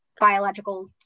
biological